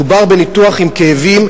מדובר בניתוח כשיש כאבים,